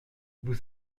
vous